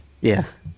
Yes